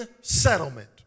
settlement